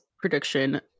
prediction